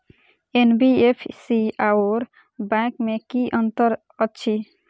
NBFC आओर bank मे की अंतर अछि?